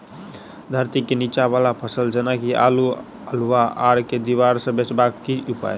धरती केँ नीचा वला फसल जेना की आलु, अल्हुआ आर केँ दीवार सऽ बचेबाक की उपाय?